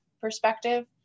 perspective